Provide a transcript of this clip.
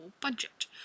budget